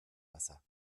wasser